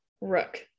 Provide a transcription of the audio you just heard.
rook